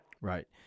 Right